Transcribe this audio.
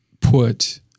put